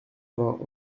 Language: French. vingt